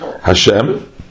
Hashem